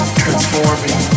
transforming